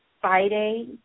Friday